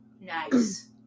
Nice